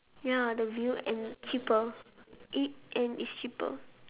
ya the view and cheaper it and it's cheaper